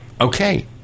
Okay